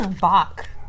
Bach